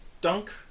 dunk